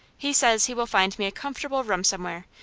he says he will find me a comfortable room somewhere,